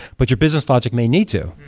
but your business logic may need to,